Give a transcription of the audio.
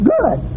Good